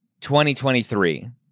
2023